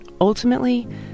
ultimately